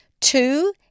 Two